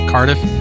Cardiff